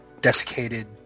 desiccated